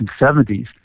1970s